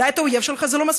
דע את האויב שלך, זה לא מספיק.